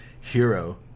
Hero